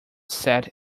sat